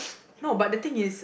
no but the thing is